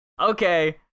okay